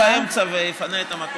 אני אעצור באמצע ואפנה את המקום,